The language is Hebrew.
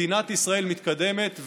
מדינת ישראל מתקדמת,